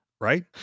Right